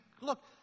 look